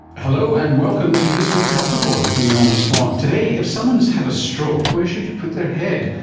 hello, and welcome to this week's health report with me, norman swan. today, if someone has had a stroke, where should you put their head?